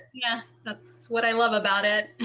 yeah that's what i love about it!